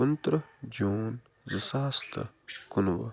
کُنہٕ ترٕٛہ جوٗن زٕ ساس تہٕ کُنوُہ